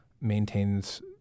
maintains